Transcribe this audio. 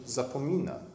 zapomina